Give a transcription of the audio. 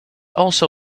also